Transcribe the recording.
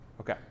Okay